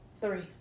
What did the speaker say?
three